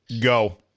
go